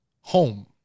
home